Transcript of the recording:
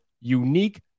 unique